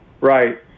Right